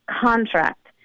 contract